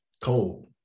Cold